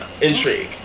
intrigue